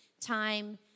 time